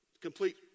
Complete